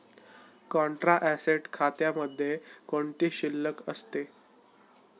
Contra asset खात्यामध्ये कोणती शिल्लक असते?